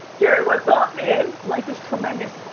gary, what's up, man? life is tremendous.